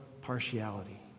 partiality